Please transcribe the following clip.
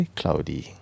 cloudy